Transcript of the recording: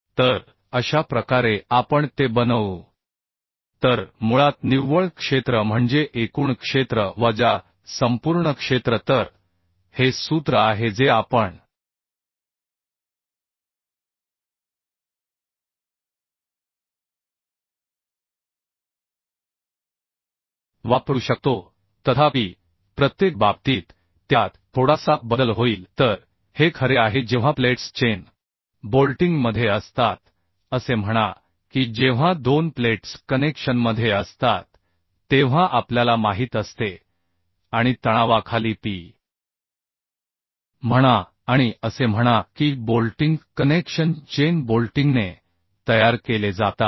तर अशा प्रकारे आपण ते बनवू तर मुळात निव्वळ क्षेत्र म्हणजे एकूण क्षेत्र वजा संपूर्ण क्षेत्र तर हे सूत्र आहे जे आपण वापरू शकतो तथापि प्रत्येक बाबतीत त्यात थोडासा बदल होईल तर हे खरे आहे जेव्हा प्लेट्स चेन बोल्टिंगमध्ये असतात असे म्हणा की जेव्हा दोन प्लेट्स कनेक्शनमध्ये असतात तेव्हा आपल्याला माहित असते आणि तणावाखाली P म्हणा आणि असे म्हणा की बोल्टिंग कनेक्शन चेन बोल्टिंगने तयार केले जातात